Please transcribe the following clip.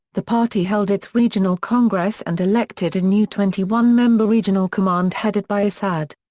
the party held its regional congress and elected a new twenty one member regional command headed by assad.